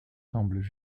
semblent